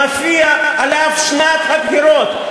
מופיעה עליו שנת הבחירות.